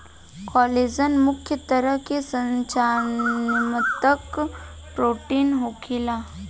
collagen मुख्य तरह के संरचनात्मक प्रोटीन होखेला